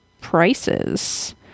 prices